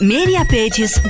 MediaPages